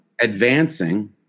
Advancing